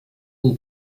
who